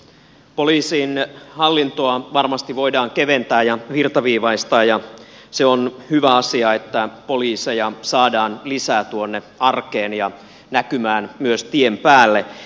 poliisin hallintoa varmasti voidaan keventää ja virtaviivaistaa ja se on hyvä asia että poliiseja saadaan lisää tuonne arkeen ja näkymään myös tien päälle